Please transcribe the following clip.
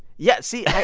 yeah, see. yeah